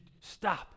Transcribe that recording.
stop